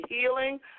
healing